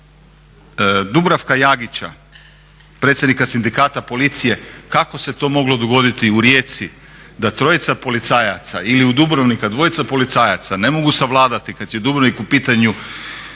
Dubravka Jagića predsjednika sindikata policije kako se to moglo dogoditi u Rijeci da trojica policajaca, ili u Dubrovniku dvojica policajaca ne mogu savladati, kad je Dubrovnik u pitanju